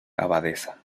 abadesa